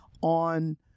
on